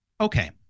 Okay